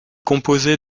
composé